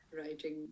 writing